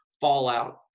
fallout